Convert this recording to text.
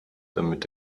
damit